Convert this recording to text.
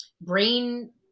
brain